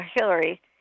Hillary